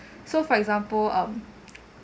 so for example um